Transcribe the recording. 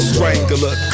Strangler